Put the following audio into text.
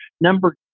Number